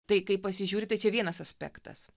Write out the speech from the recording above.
tai kai pasižiūri tai čia vienas aspektas